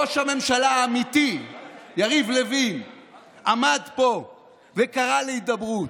ראש הממשלה האמיתי יריב לוין עמד פה וקרא להידברות,